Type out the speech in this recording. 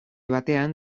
batean